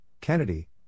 Kennedy